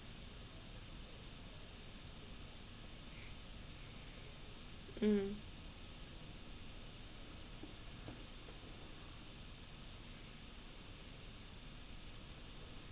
mm